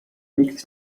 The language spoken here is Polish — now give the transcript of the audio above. nikt